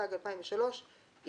התשס"ג 2003‏,